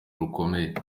rukomeye